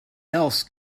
else